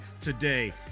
today